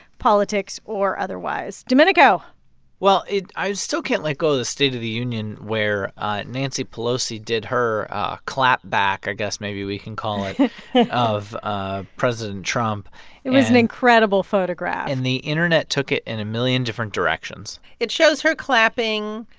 politics or otherwise. domenico well, i still can't let go the state of the union, where nancy pelosi did her clapback i guess maybe we can call it of ah president trump it was an incredible photograph and the internet took it in a million different directions it shows her clapping,